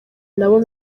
nabo